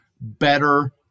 better